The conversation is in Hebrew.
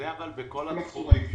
זה בכל התחומים.